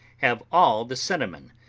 have all the cinnamon,